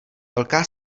velká